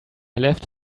left